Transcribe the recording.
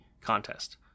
contest